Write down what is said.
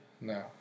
No